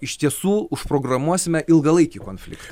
iš tiesų užprogramuosime ilgalaikį konfliktą